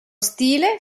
stile